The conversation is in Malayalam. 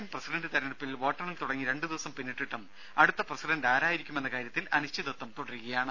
ദേദ അമേരിക്കൻ പ്രസിഡന്റ് തിരഞ്ഞെടുപ്പിൽ വോട്ടെണ്ണൽ തുടങ്ങി രണ്ടുദിവസം പിന്നിട്ടിട്ടും അടുത്ത പ്രസിഡന്റ് ആരായിരിക്കുമെന്ന കാര്യത്തിൽ അനിശ്ചിതത്വം തുടരുകയാണ്